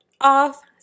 off